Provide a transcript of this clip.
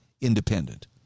independent